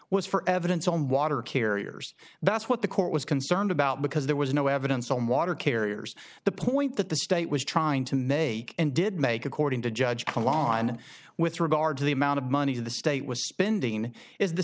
was for evidence on water carriers that's what the court was concerned about because there was no evidence on water carriers the point that the state was trying to make and did make according to judge the law and with regard to the amount of money the state was spending